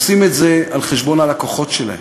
עושים את זה על חשבון הלקוחות שלהם.